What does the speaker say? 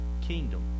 kingdom